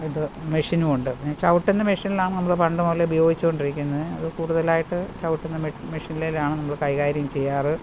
ഇത് മെഷിനും ഉണ്ട് ചവുട്ടുന്ന മെഷിനിലാണ് നമ്മൾ പണ്ട് മുതൽ ഉപയോഗിച്ചു കൊണ്ടിരിക്കുന്നത് അത് കൂടുതലായിട്ട് ചവിട്ടുന്ന മെഷിനിലേക്കാണ് നമ്മൾ കൈകാര്യം ചെയ്യാറുള്ളത്